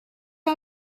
our